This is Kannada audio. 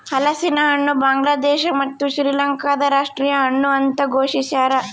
ಹಲಸಿನಹಣ್ಣು ಬಾಂಗ್ಲಾದೇಶ ಮತ್ತು ಶ್ರೀಲಂಕಾದ ರಾಷ್ಟೀಯ ಹಣ್ಣು ಅಂತ ಘೋಷಿಸ್ಯಾರ